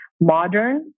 modern